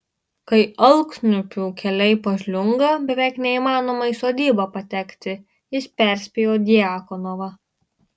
kai alksniupių keliai pažliunga beveik neįmanoma į sodybą patekti jis perspėjo djakonovą